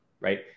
right